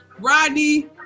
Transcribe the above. Rodney